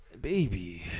Baby